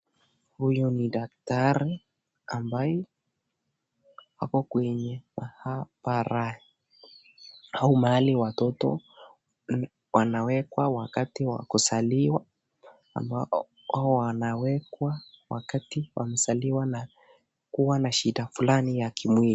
Huyu ni daktari ambaye ako kwenye mahabara au mahali watoto wanawekwa wakati wa kuzaliwa au wanawekwa wakati wamezaliwa na kuwa na shida flani ya kimwili.